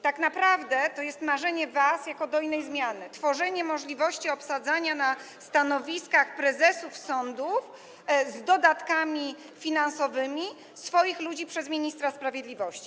Tak naprawdę to jest wasze, jako dojnej zmiany, marzenie: tworzenie możliwości obsadzania na stanowiskach prezesów sądów, z dodatkami finansowymi, swoich ludzi przez ministra sprawiedliwości.